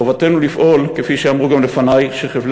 חובתנו לפעול, כפי שאמרו גם לפני, שחבלי